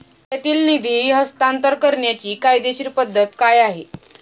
खात्यातील निधी हस्तांतर करण्याची कायदेशीर पद्धत काय आहे?